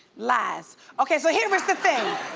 lies. okay so here is the thing.